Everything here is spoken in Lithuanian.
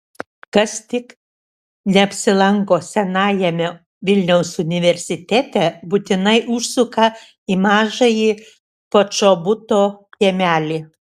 kas tik neapsilanko senajame vilniaus universitete būtinai užsuka į mažąjį počobuto kiemelį